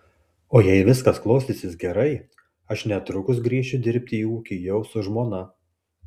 o jei viskas klostysis gerai aš netrukus grįšiu dirbti į ūkį jau su žmona